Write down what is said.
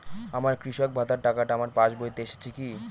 আমার কৃষক ভাতার টাকাটা আমার পাসবইতে এসেছে কি?